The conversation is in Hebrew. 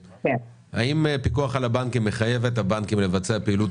האם פיקוח על הבנקים מחייב את הבנקים לבצע פעילות